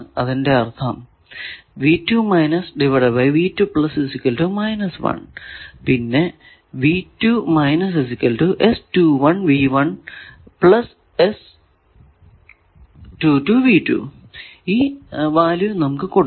അതിന്റെ അർഥം പിന്നെ ഇനി ഈ വാല്യൂ നമുക്കു കൊടുക്കണം